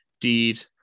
deed